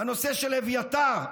הנושא של אביתר.